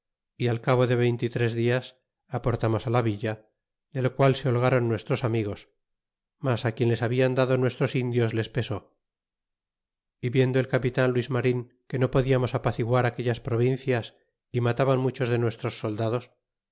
y al cabo de veinte y tres dias aportamos la villa de loqua se holgron nuestros amigos mas quien les habian dado nuestros indios les pesó y viendo el capitan luis marin que no podiamos apaciguar aquellas provincias y mataban muchos de nuestros soldados